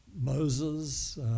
Moses